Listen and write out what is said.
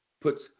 puts